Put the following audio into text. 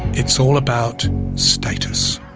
it's all about status.